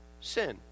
sin